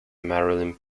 marilyn